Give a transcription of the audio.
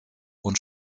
und